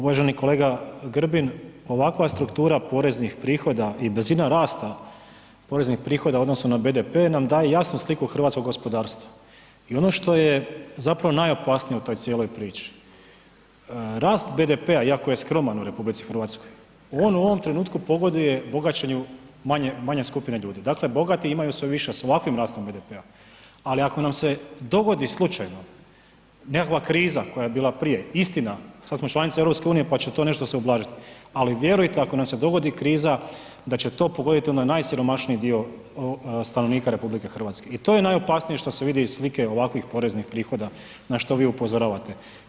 Uvaženi kolega Grbin, ovakva struktura poreznih prihoda i brzina rasta poreznih prihoda u odnosu na BDP nam daje jasnu sliku hrvatskog gospodarstva i ono što je zapravo najopasnije u toj cijeloj priči, rast BDP-a iako je skroman u RH, on u ovom trenutku pogoduje bogaćenju manje, manje skupine ljudi, dakle bogati imaju sve više s ovakvim rastom BDP-a, ali ako nam se dogodi slučajno nekakva kriza koja je bila prije, istina sad smo članice EU, pa će to nešto se ublažit, ali vjerujte ako nam se dogodi kriza da će to pogodit onda najsiromašniji dio stanovnika RH i to je najopasnije što se vidi iz slike ovakvih poreznih prihoda na što vi upozoravate.